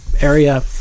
area